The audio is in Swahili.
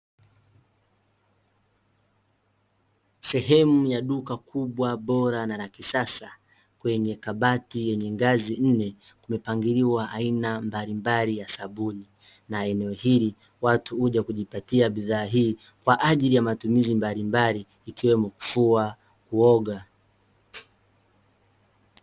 Sehemu ya duka kubwa bora na la kisasa kwenye kabati yenye ngazi nne, kumepangiliwa aina mbalimbali ya sabuni. Na eneo hili watu huja kujipatia bidhaa hii, kwa ajili ya matumizi mbalimbali ikiwemo kufua, kuoga.